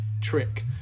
trick